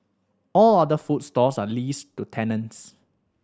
all other food stalls are leased to tenants